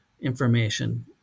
information